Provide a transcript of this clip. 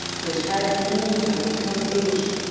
which had in the meantime become aged,